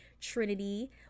Trinity